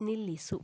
ನಿಲ್ಲಿಸು